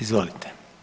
izvolite.